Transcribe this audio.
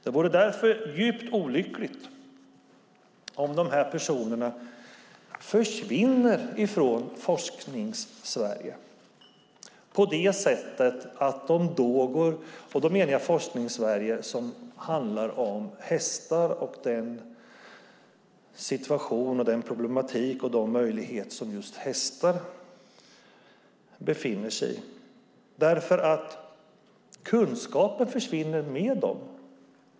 Det vore djupt olyckligt om det försvinner personer från forskningen om hästars situation, möjligheter och problematik eftersom kunskapen försvinner med dem.